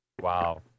wow